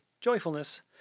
joyfulness